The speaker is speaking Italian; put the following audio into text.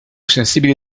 sensibili